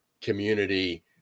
community